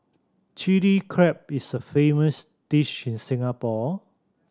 Chilli Crab is a famous dish in Singapore